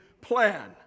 plan